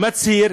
מצהיר